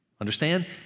Understand